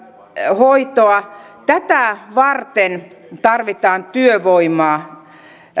hoitoa tätä varten tarvitaan työvoimaa